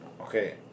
okay